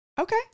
Okay